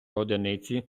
одиниці